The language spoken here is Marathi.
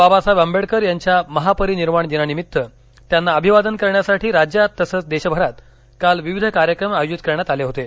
बाबासाहेब आंबेडकर यांच्या महापरिनिर्वाण दिनानिमित्त त्यांना अभिवादन करण्यासाठी राज्यात तसंच देशभरात काल विविध कार्यक्रम आयोजित करण्यात आलं होतं